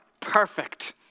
Perfect